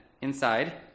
inside